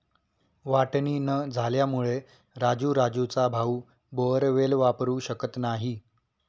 वाटणी न झाल्यामुळे राजू राजूचा भाऊ बोअरवेल वापरू शकत नाही